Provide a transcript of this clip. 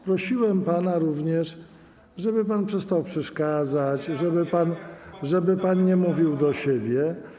Prosiłem pana również, żeby pan przestał przeszkadzać i żeby pan nie mówił do siebie.